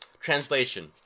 translation